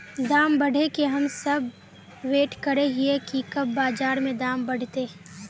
दाम बढ़े के हम सब वैट करे हिये की कब बाजार में दाम बढ़ते?